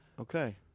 Okay